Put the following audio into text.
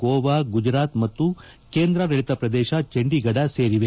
ಗೋವಾ ಗುಜರಾತ್ ಮತ್ತು ಕೇಂದ್ರಾಡಳಿತ ಪ್ರದೇಶ ಚಂಡೀಗಢ ಸೇರಿದೆ